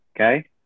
okay